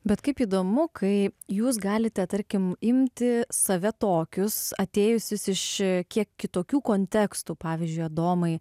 bet kaip įdomu kai jūs galite tarkim imti save tokius atėjusius iš kiek kitokių kontekstų pavyzdžiui adomai